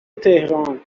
تهران